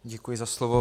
Děkuji za slovo.